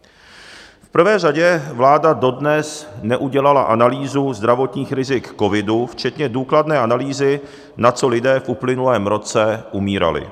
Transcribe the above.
V prvé řadě vláda dodnes neudělala analýzu zdravotních rizik covidu včetně důkladné analýzy, na co lidé v uplynulém roce umírali.